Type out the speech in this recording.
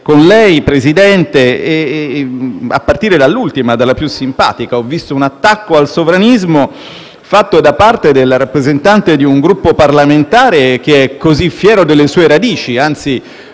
con lei, signor Presidente, a partire dall'ultima, la più simpatica. Ho visto un attacco al sovranismo fatto da parte del rappresentante di un Gruppo parlamentare che è così fiero delle sue radici, anzi,